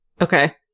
Okay